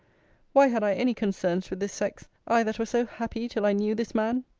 why had i any concerns with this sex i, that was so happy till i knew this man!